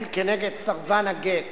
סרבן הגט